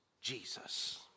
jesus